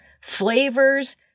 flavors